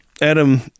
adam